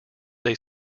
they